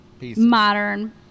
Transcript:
modern